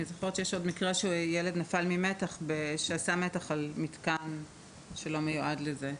אני זוכרת שיש עוד מקרה שבו ילד עשה מתח על מתקן שלא מיועד לזה,